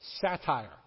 Satire